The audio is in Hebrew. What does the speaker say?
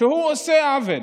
עושה עוול,